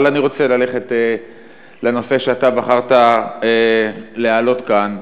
אבל אני רוצה ללכת לנושא שאתה בחרת להעלות כאן,